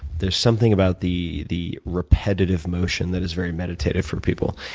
there's something about the the repetitive motion that is very meditative for people.